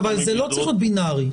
אבל זה לא צריך להיות בינארי.